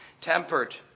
tempered